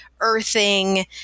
earthing